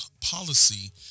policy